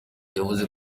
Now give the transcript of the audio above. yavuze